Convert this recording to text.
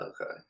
Okay